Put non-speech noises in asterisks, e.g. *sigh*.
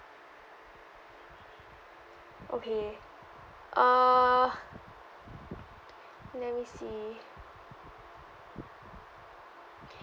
okay uh let me see *breath*